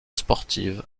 sportive